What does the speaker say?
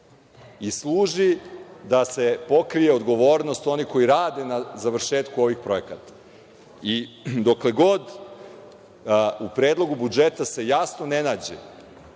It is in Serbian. i služi da se pokrije odgovornost onih koji rade na završetku ovih projekata. Dokle god se u predlogu budžeta jasno ne nađe